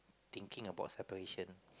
thinking about separation